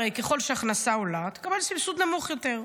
הרי ככל שההכנסה עולה תקבל סבסוד נמוך יותר,